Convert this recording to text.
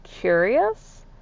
curious